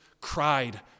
cried